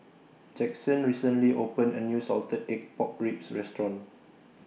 Jaxon recently opened A New Salted Egg Pork Ribs Restaurant